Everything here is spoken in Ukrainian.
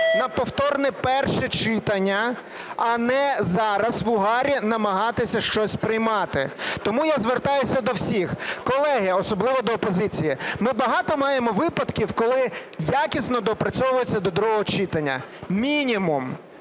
на повторне перше читання, а не зараз в угарі намагатися щось приймати. Тому я звертаюся до всіх, колеги, особливо до опозиції, ми багато маємо випадків, коли якісно доопрацьовується до другого читання як мінімум.